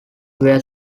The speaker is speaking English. were